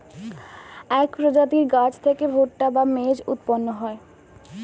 এক প্রজাতির গাছ থেকে ভুট্টা বা মেজ উৎপন্ন হয়